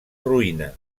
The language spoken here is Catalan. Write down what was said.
ruïna